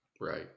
Right